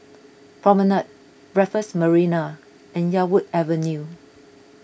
Promenade Raffles Marina and Yarwood Avenue